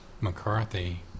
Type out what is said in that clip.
McCarthy